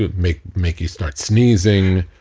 make make you start sneezing